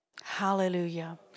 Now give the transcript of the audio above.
Hallelujah